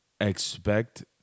expect